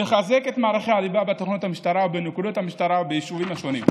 נחזק את מערכי הליבה בתחנות המשטרה ובנקודות המשטרה ביישובים השונים.